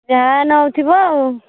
ଯାହା ନେଉଥିବ ଆଉ